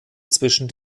zwischen